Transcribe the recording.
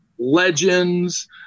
Legends